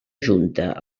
junta